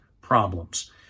problems